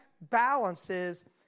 balances